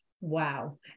Wow